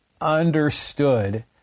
understood